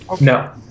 No